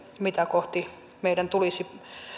mitä kohti meidän tulisi